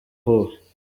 uwuhe